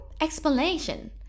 explanation